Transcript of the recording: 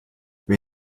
wer